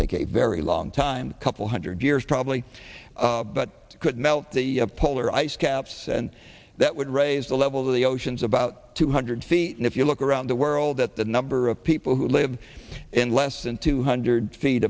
take a very long time couple hundred years probably but could melt the polar ice caps and that would raise the level of the oceans about two hundred feet and if you look around the world at the number of people who live in less than two hundred feet